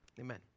Amen